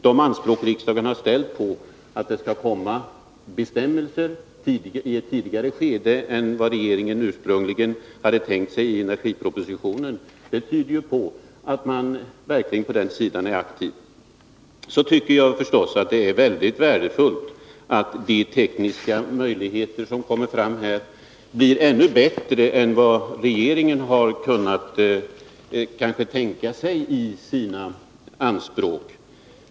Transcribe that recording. De anspråk riksdagen ställt på att det skall komma bestämmelser i ett tidigare skede än regeringen ursprungligen tänkt sig i energipropositionen tyder på att man på den sidan verkligen är aktiv. Det är förstås värdefullt att de tekniska möjligheter som kommer fram blir ännu bättre än regeringen kunnat tänka sig.